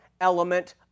element